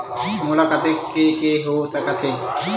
मोला कतेक के के हो सकत हे?